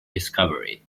discovery